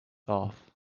off